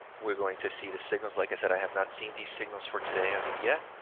we're going to see the signals. like i said, i have not seen these signals for today as of yet.